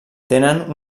tenen